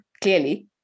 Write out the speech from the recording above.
clearly